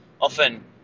often